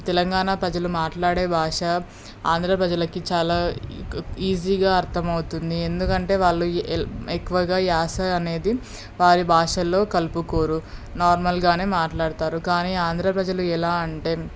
తెలంగానా ప్రజలు మాట్లాడే భాష ఆంధ్రా ప్రజలకి చాలా ఈజీగా అర్థమవుతుంది ఎందుకంటే వాళ్ళు ఎల్ ఎక్కువగా యాస అనేది వారి భాషలో కలుపుకోరు నార్మల్గానే మాట్లాడుతారు కానీ ఆంధ్రా ప్రజలు ఎలా అంటే